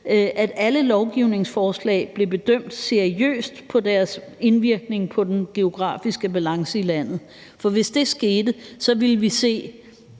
har foreslået – blev bedømt seriøst i forhold til deres indvirkning på den geografiske balance i landet. For hvis det skete, ville vi se,